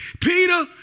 Peter